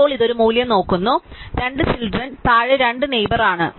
ഇപ്പോൾ ഇത് ഒരു മൂല്യം നോക്കുന്നു രണ്ട് ചിൽഡ്രൻ താഴെ രണ്ട് നെയ്ബർ ആണ്